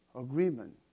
agreement